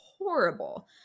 horrible